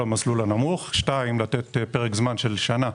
דבר שני, לתת פרק זמן של שנה,